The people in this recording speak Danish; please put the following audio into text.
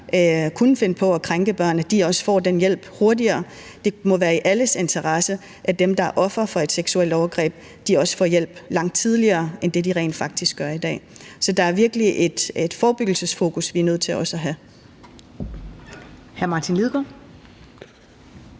kunne finde på at krænke børnene, også får den hjælp hurtigere. Det må være i alles interesse, at dem, der er ofre for et seksuelt overgreb, også får hjælp langt tidligere end det, de rent faktisk gør i dag. Så der er virkelig et forebyggelsesfokus, vi er nødt til også at have. Kl. 15:26 Første